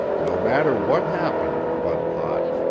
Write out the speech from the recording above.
no matter what happened, bud thought,